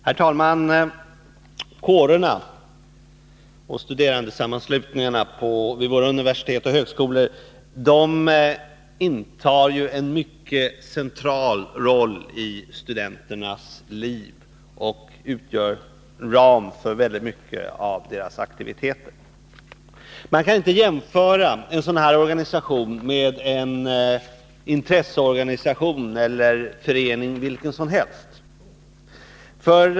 Herr talman! Kårerna och studerandesammanslutningarna vid våra universitet och högskolor intar en mycket central roll i studenternas liv och utgör en ram för många av deras aktiviteter. Man kan inte jämföra en sådan här organisation med en intresseorganisation eller en förening vilken som helst.